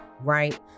right